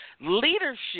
leadership